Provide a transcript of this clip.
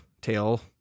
tail